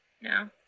No